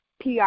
PR